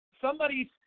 somebody's